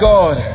God